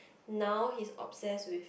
now he's obsessed with